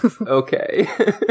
Okay